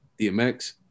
DMX